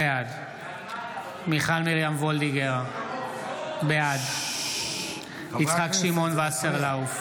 בעד מיכל מרים וולדיגר, בעד יצחק שמעון וסרלאוף,